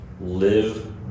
live